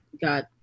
got